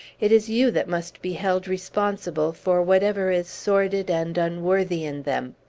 it is you that must be held responsible for whatever is sordid and unworthy in them.